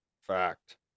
Fact